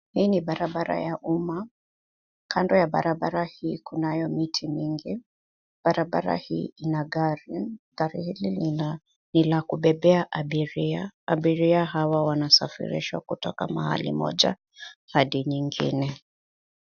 Hii ni barabara ya uma. Kando ya barabara hii kunayo miti mingi. Barabara hii ina gari dalili ni la kubebea abiria. Abiria hawa wanasafirishwa kutoka mahali moja hadi nyingine.